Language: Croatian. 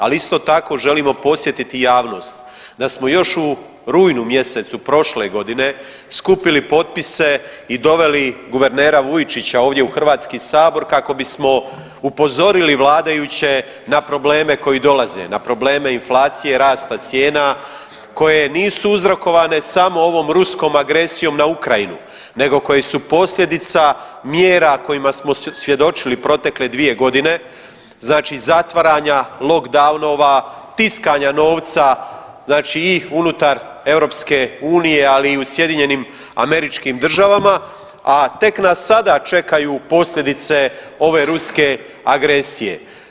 Ali isto tako želimo podsjetiti javnost da smo još u rujnu mjesecu prošle godine skupili potpise i doveli guvernera Vujčića ovdje u HS kako bismo upozorili vladajuće na probleme koji dolaze, na probleme inflacije, rasta cijena koje nisu uzrokovane samo ovom ruskom agresijom na Ukrajinu nego koje su posljedica mjera kojima smo svjedočili protekle 2.g., znači zatvaranja, lockdownova, tiskanja novca, znači i unutar EU, ali i u SAD, a tek nas sada čekaju posljedice ove ruske agresije.